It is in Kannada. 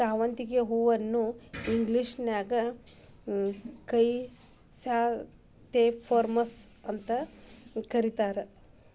ಶಾವಂತಿಗಿ ಹೂವನ್ನ ಇಂಗ್ಲೇಷನ್ಯಾಗ ಕ್ರೈಸಾಂಥೆಮಮ್ಸ್ ಅಂತ ಕರೇತಾರ